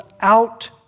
out